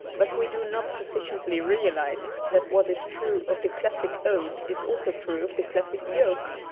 but we do not sufficiently realize that what is true of the classic ode is also true of the classic joke.